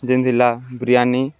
ଯେନ୍ ଥିଲା ବିରିୟାନୀ